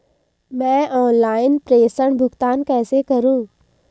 मैं ऑनलाइन प्रेषण भुगतान कैसे करूँ?